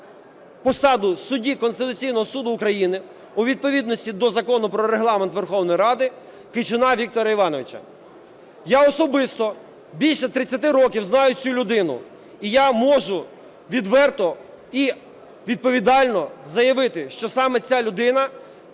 посаду судді Конституційного Суду України, у відповідності до Закону про Регламент Верховної Ради, Кичуна Віктора Івановича. Я особисто більше 30 років знаю цю людину і я можу відверто і відповідально заявити, що саме ця людина,